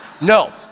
no